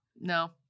No